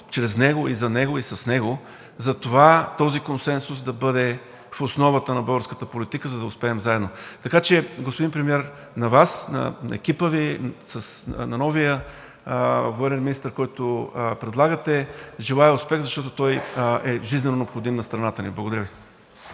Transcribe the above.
чрез него, за него и с него за това този консенсус да бъде в основата на българската политика, за да успеем заедно. Така че, господин Премиер, на Вас, на екипа Ви, на новия военен министър, който предлагате, желая успех, защото той е жизненонеобходим на страната ни! Благодаря Ви.